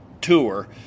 tour